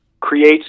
creates